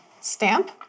Stamp